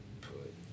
Put